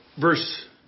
verse